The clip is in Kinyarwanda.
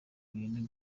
bintu